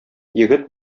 егет